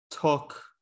took